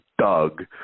Doug